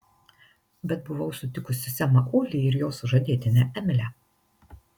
bet buvau sutikusi semą ulį ir jo sužadėtinę emilę